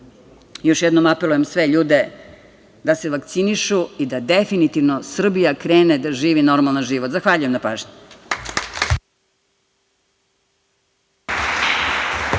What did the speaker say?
jednom apelujem na sve ljude da se vakcinišu i da definitivno Srbija krene da živi normalan život. Zahvaljujem na pažnji.